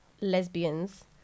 lesbians